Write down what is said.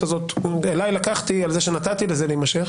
הזאת אליי לקחתי על זה שנתתי לזה להימשך